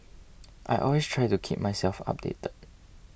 I always try to keep myself updated